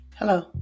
Hello